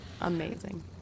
Amazing